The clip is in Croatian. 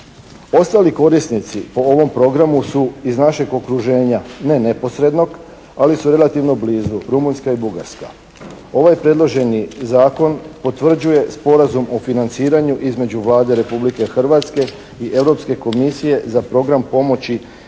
Ostali korisnici u ovom programu su iz našeg okruženja, ne neposrednog, ali su relativno blizu Rumunjska i Bugarska. Ovaj predloženi Zakon potvrđuje sporazum o financiranju između Vlade Republike Hrvatske i Europske Komisije za program pomoći